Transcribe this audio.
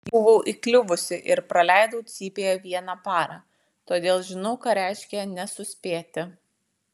jau buvau įkliuvusi ir praleidau cypėje vieną parą todėl žinau ką reiškia nesuspėti